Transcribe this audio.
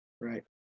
Right